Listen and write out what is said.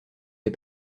des